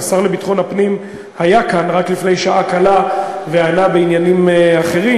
השר לביטחון הפנים היה כאן רק לפני שעה קלה וענה בעניינים אחרים.